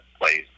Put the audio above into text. place